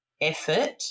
effort